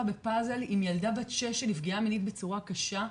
בפאזל עם ילדה בת שש שנפגעה מינית בצורה קשה,